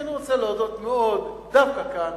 ואני רוצה להודות מאוד דווקא כאן